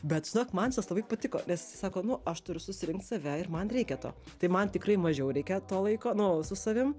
bet žinok man labai patiko nes jis sako nu aš turiu susirinkt save ir man reikia to tai man tikrai mažiau reikia to laiko nu su savim